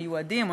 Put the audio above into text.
או מיועדים,